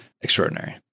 extraordinary